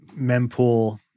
Mempool